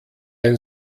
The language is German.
ein